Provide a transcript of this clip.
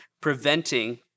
preventing